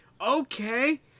okay